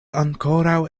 ankoraŭ